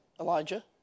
Elijah